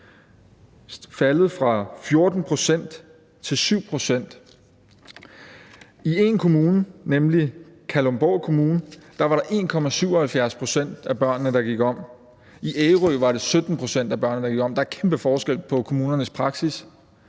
faldet fra 14 pct. til 7 pct. I en kommune, nemlig Kalundborg Kommune, var der 1,77 pct. af børnene, der gik om. I Ærø var det 17 pct. af børnene, der gik om. Der er kæmpestor forskel på kommunernes praksis.